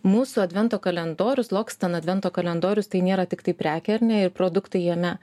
mūsų advento kalendorius loccitane advento kalendorius tai nėra tiktai prekė ar ne ir produktai jame